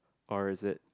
or is it